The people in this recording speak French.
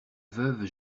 veuve